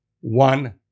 one